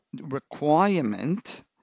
requirement